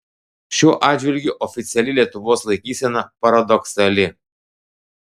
šiuo atžvilgiu oficiali lietuvos laikysena paradoksali